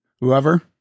whoever